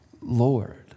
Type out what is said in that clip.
Lord